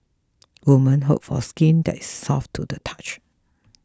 women hope for skin that is soft to the touch